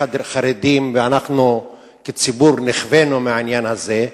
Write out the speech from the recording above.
חרדים ואנחנו כציבור נכווינו מהעניין הזה,